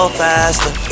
faster